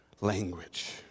language